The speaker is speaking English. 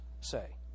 say